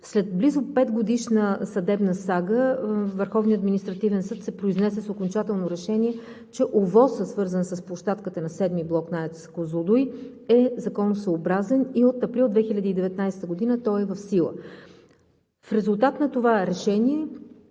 След близо 5-годишна съдебна сага Върховният административен съд се произнесе с окончателно решение, че ОВОС, свързан с площадката на VII блок на АЕЦ „Козлодуй“, е законосъобразен и от април 2019 г. той е в сила. В резултат на това решение